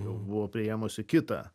buvo priėmusi kitą